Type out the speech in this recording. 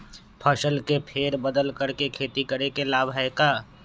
फसल के फेर बदल कर खेती के लाभ है का?